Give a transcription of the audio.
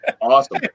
Awesome